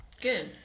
Good